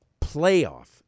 playoff